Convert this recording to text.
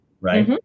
right